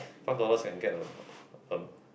five dollars can get a um